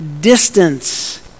distance